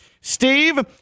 Steve